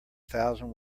thousand